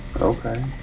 Okay